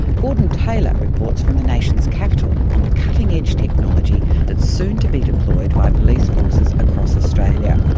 gordon taylor reports from the nation's capital on the cutting-edge technology that's soon to be deployed by police forces across australia.